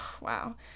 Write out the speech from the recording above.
Wow